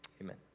amen